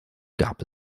gab